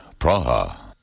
Praha